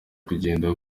kugenda